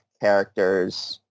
characters